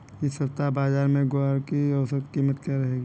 इस सप्ताह बाज़ार में ग्वार की औसतन कीमत क्या रहेगी?